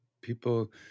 People